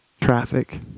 traffic